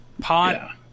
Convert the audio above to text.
Pot